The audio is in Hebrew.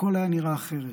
הכול היה נראה אחרת.